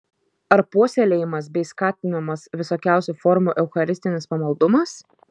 ar puoselėjamas bei skatinamas visokiausių formų eucharistinis pamaldumas